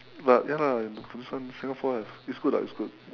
but ya lah this one singapore lah it's good lah it's good